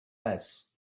less